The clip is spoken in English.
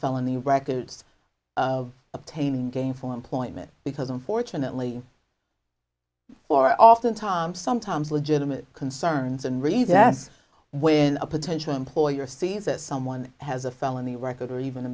felony records of obtaining gainful employment because unfortunately or oftentimes sometimes legitimate concerns and really that's when a potential employer sees this someone has a felony record or even a